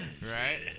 Right